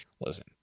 listen